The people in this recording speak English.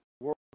world